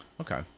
Okay